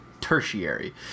tertiary